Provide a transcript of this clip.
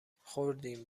خوردیم